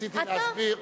ניסיתי להסביר.